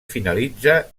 finalitza